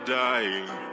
dying